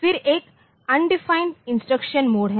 फिर एक undefined instruction mode है